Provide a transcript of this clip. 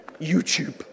youtube